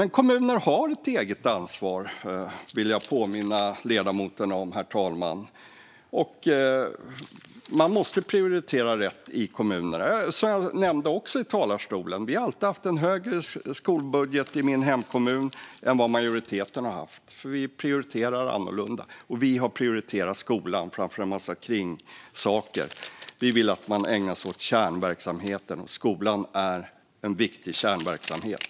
Jag vill dock påminna ledamoten om att kommuner har ett eget ansvar, herr talman, och man måste prioritera rätt i kommunerna. Som jag nämnde i talarstolen har vi i min hemkommun alltid haft en högre skolbudget än vad majoriteten har haft, för vi prioriterar annorlunda. Vi har prioriterat skolan framför en massa kringsaker. Vi vill att man ägnar sig åt kärnverksamheten, och skolan är en viktig kärnverksamhet.